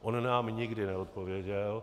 On nám nikdy neodpověděl.